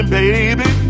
baby